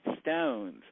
stones